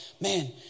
man